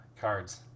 cards